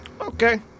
Okay